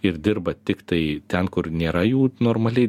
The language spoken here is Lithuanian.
ir dirba tiktai ten kur nėra jų normaliai